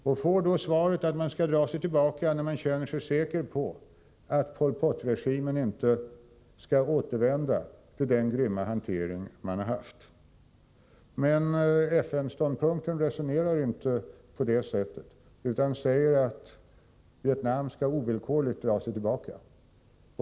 Jag har då fått svaret att Vietnam skall dra sig tillbaka när man känner sig säker på att Pol Pot-regimen inte skall återvända till sin tidigare grymma hantering. FN-ståndpunkten är dock att Vietnam ovillkorligt skall dra sig tillbaka.